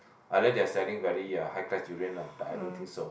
unless they are selling very uh high class durian lah but I don't think so